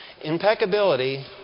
Impeccability